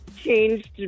Changed